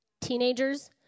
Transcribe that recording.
Teenagers